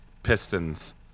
pistons